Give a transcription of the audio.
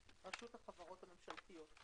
רשות החברות הממשלתיות".